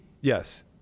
yes